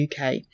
UK